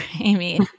Amy